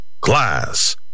Class